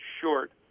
short